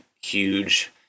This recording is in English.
huge